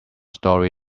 story